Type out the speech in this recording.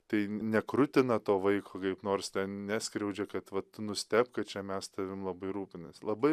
tai nekrutina to vaiko kaip nors neskriaudžia kad va tu nustebk ka čia mes tavim labai rūpinas labai